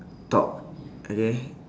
talk okay